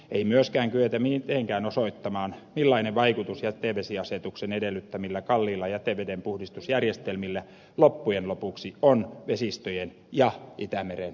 ei myöskään kyetä mitenkään osoittamaan millainen vaikutus jätevesiasetuksen edellyttämillä kalliilla jätevedenpuhdistusjärjestelmillä loppujen lopuksi on vesistöjen ja itämeren suojelun kannalta